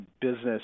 Business